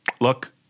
Look